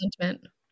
sentiment